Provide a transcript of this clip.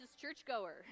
churchgoer